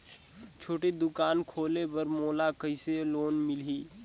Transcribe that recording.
छोटे दुकान खोले बर मोला कइसे लोन मिलही?